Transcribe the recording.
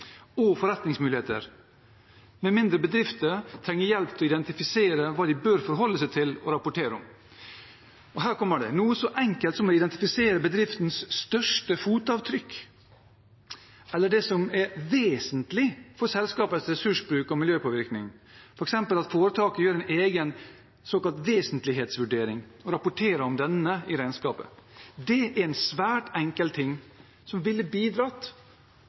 og forretningsmuligheter, med mindre bedriften trenger hjelp til å identifisere hva den bør forholde seg til og rapportere om. Og her kommer det: Noe så enkelt som å identifisere bedriftens største fotavtrykk, eller det som er vesentlig for selskapets ressursbruk og miljøpåvirkning, f.eks. at foretaket gjør en egen såkalt vesentlighetsvurdering og rapporterer om denne i regnskapet, er en svært enkel ting som ville bidratt